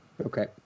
Okay